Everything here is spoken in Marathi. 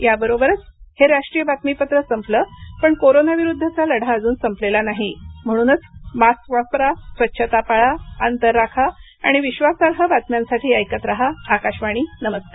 याबरोबरच हे राष्ट्रीय बातमीपत्र संपलं पण कोरोनाविरुद्धचा लढा अजून संपलेला नाही म्हणूनच मास्क वापरा स्वच्छता पाळा अंतर राखा आणि विश्वासार्ह बातम्यांसाठी ऐकत राहा आकाशवाणी नमस्कार